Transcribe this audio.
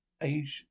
Asia